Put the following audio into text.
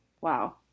wow